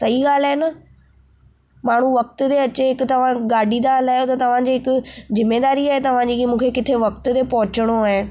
सही ॻाल्हि आहे न माण्हू वक़्त ते अचे हिकु तव्हां गाॾी था हलायो त तव्हांजी हिकु ज़िमेदारी आहे तव्हांजी की मूंखे किथे वक़्त ते पहुचणो आहे